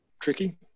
tricky